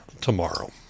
tomorrow